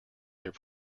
their